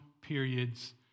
periods